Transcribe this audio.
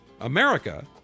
America